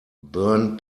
burn